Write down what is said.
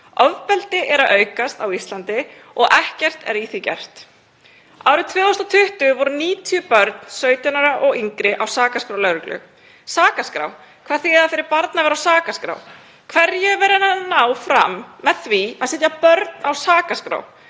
Ofbeldi er að aukast á Íslandi og ekkert er í því gert. Árið 2020 voru 90 börn 17 ára og yngri á sakaskrá lögreglu. Sakaskrá, hvað þýðir það fyrir barn að vera á sakaskrá? Hverju er verið að ná fram með því að setja börn á sakaskrá?